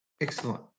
Excellent